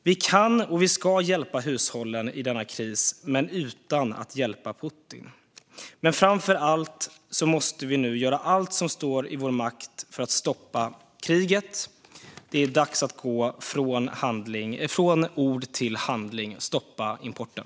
Vi kan och vi ska hjälpa hushållen i denna kris, men utan att hjälpa Putin. Men framför allt måste vi nu göra allt som står i vår makt för att stoppa kriget. Det är dags att gå från ord till handling och stoppa importen.